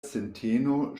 sinteno